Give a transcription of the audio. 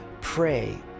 pray